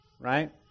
right